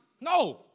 no